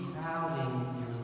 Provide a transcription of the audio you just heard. crowding